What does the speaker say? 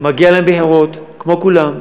מגיע להם בחירות כמו כולם.